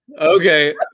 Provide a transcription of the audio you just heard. Okay